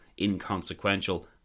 inconsequential